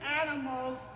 animals